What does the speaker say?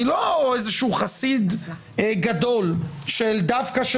אני לא איזה שהוא חסיד גדול של דווקא של